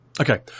Okay